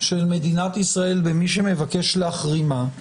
של מדינת ישראל במי שמבקש להחרימה,